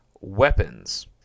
Weapons